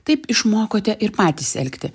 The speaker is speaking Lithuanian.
taip išmokote ir patys elkti